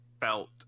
felt